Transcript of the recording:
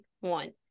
one